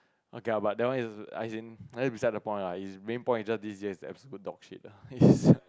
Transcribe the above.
okay ah but that one is as in I think beside the point lah his main point just these days absolute dog shit lah